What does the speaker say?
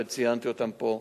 וציינתי אותן פה.